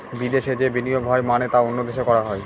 বিদেশে যে বিনিয়োগ হয় মানে তা অন্য দেশে করা হয়